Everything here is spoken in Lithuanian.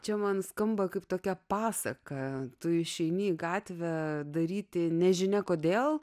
čia man skamba kaip tokia pasaka tu išeini į gatvę daryti nežinia kodėl